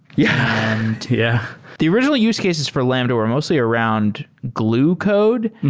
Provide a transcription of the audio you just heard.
yeah yeah the original use cases for lambda were mostly around glue code.